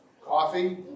coffee